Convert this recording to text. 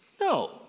No